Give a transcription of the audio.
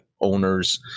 owners